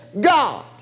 God